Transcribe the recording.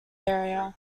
area